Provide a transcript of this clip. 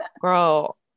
girl